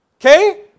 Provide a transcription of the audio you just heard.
Okay